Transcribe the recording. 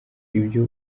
ibyo